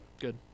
Good